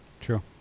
true